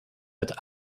het